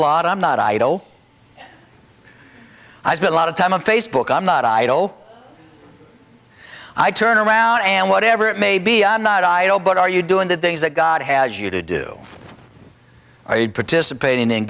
lot i'm not idle i spent a lot of time on facebook i'm not idle i turn around and whatever it may be i'm not idle but are you doing that things that god has you to do are you participating in